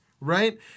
Right